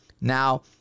Now